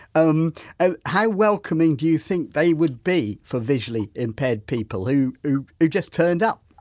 um ah how welcoming do you think they would be for visually impaired people, who who just turn up?